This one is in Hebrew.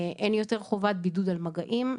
אין יותר חובת בידוד על מגעים,